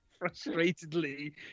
frustratedly